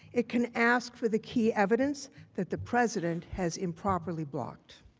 it can ask for the key evidence that the president has improperly blocked.